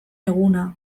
eguna